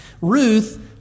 Ruth